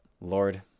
Lord